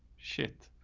shit,